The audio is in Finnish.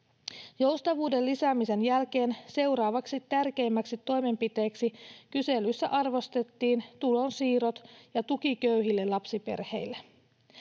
Joustavuuden lisäämisen jälkeen seuraavaksi tärkeimmäksi toimenpiteeksi kyselyssä arvostettiin tulonsiirrot ja tuki köyhille lapsiperheille.